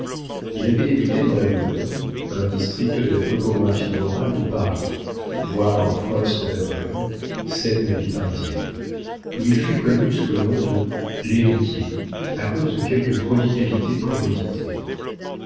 il avait débuté dans la bohême un district de la topographie morale de paris voir un prince de la bohême scènes de la vie parisienne où il fut connu sous le nom de l'héritier à cause de quelques prodigalités préméditées